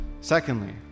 Secondly